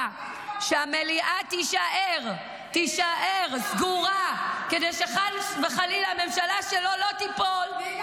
שהמליאה תישאר סגורה כדי שחס וחלילה הממשלה שלו לא תיפול -- די